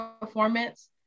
performance